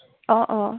অঁ অঁ